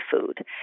food